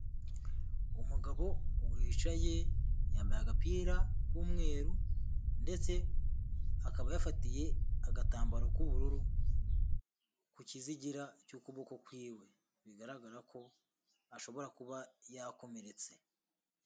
Umugabo wicaye, yambaye agapira k'umweru ndetse akaba yafatiye agatambaro k'ubururu ku kizigira cy'ukuboko kwiwe, bigaragara ko ashobora kuba yakomeretse.